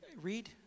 read